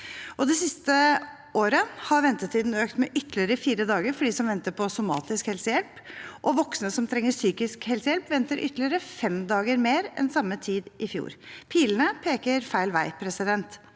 Det siste året har ventetiden økt med ytterligere fire dager for dem som venter på somatisk helsehjelp, og voksne som trenger psykisk helsehjelp, venter ytterligere fem dager mer enn på samme tid i fjor. Pilene peker feil vei. At